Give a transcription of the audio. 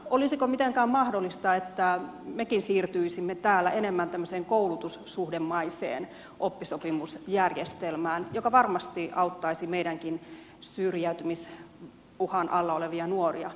olisiko mitenkään mahdollista että mekin siirtyisimme täällä enemmän tämmöiseen koulutussuhdemaiseen oppisopimusjärjestelmään joka varmasti auttaisi meidänkin syrjäytymisuhan alla olevia nuoria paremmin